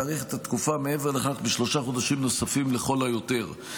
להאריך את התקופה מעבר לכך בשלושה חודשים נוספים לכל היותר.